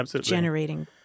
generating